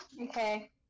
Okay